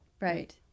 right